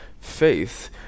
faith